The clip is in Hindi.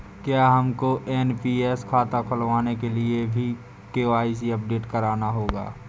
क्या हमको एन.पी.एस खाता खुलवाने के लिए भी के.वाई.सी अपडेट कराना होगा?